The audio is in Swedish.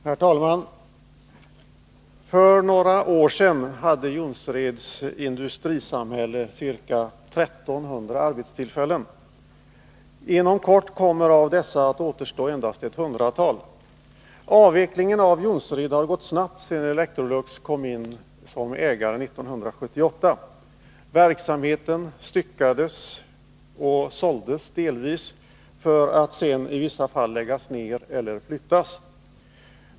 Herr talman! För några år sedan hade Jonsereds industrisamhälle ca 1 300 arbetstillfällen. Inom kort kommer av dessa att återstå endast ett hundratal. Avvecklingen av Jonsered har gått snabbt sedan Electrolux kom in som ägare 1978. Verksamheten styckades och såldes delvis för att sedan i vissa fall läggas ner eller flyttas.